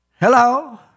Hello